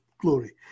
Glory